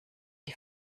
die